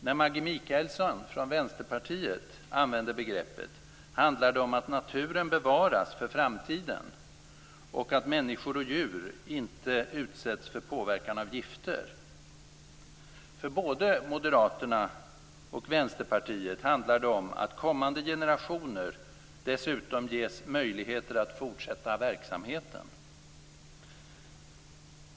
När Maggi Mikaelsson, Vänsterpartiet, använder begreppet handlar det om att naturen bevaras för framtiden och att människor och djur inte utsätts för påverkan av gifter. För både Moderaterna och Vänsterpartiet handlar det dessutom om att kommande generationer ges möjlighet att fortsätta verksamheten.